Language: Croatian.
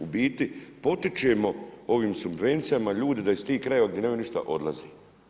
U biti potičemo ovim subvencijama ljude da iz stih krajeva nemaju ništa odlaze.